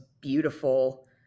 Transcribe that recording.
beautiful